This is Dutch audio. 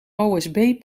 osb